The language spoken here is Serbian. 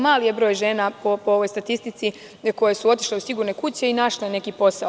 Mali je broj žena po ovoj statistici koje su otišle u sigurne kuće i našle neki posao.